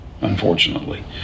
unfortunately